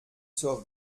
zur